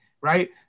right